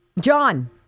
John